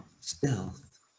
Stealth